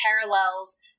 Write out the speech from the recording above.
parallels